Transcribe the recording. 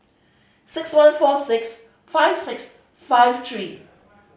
six one four six five six five three